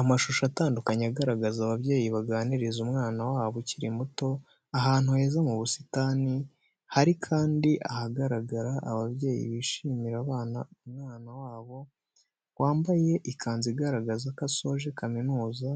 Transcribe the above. Amashusho atandukanye agaragaza ababyeyi baganiriza umwana wabo ukiri muto ahantu heza mu busitani, hari kandi ahagaragara ababyeyi bishimira umwana wabo wambaye ikanzu igaragaza ko asoje kaminuza,